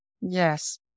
Yes